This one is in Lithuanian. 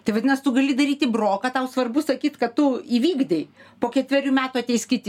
tai vadinas tu gali daryti broką tau svarbu sakyt kad tu įvykdei po ketverių metų ateis kiti